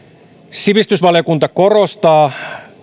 sivistysvaliokunta korostaa